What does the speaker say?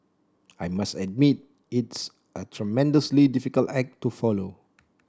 I must admit it's a tremendously difficult act to follow